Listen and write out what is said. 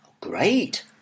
Great